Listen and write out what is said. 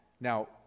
Now